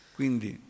quindi